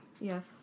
Yes